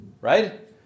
right